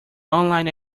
online